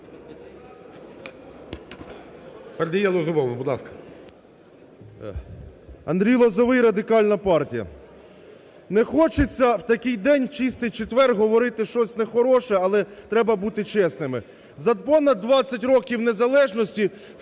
Андрій Лозовий, Радикальна партія. Не хочеться в такий день – в чистий четвер – говорити щось нехороше, але треба бути чесними. За понад 20 років незалежності